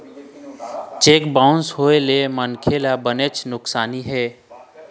cheque bounce होए ले मनखे ल बनेच नुकसानी हे